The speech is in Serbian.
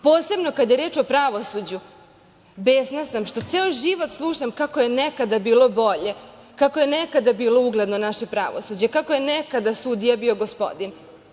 Posebno kada je reč o pravosuđu, besna sam što ceo život slušam, kako je nekada bilo bolje, kako je nekada bilo ugledno naše pravosuđe, kako je nekada sudija bio gospodin.